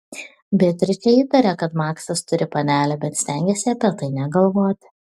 beatričė įtarė kad maksas turi panelę bet stengėsi apie tai negalvoti